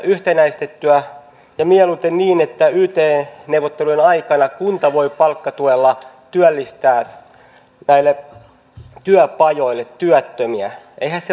onko tässä semmoinen malli kuitenkin pohjimmiltaan tulossa että tulee kolme rahoituspistettä kunnat aluehallinto ja valtio